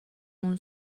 اون